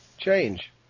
change